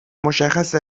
مشخص